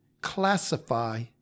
classify